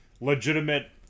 legitimate